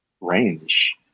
range